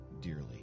dearly